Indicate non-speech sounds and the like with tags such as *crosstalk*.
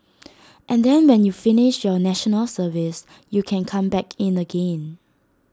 *noise* and then when you finish your National Service you can come back in again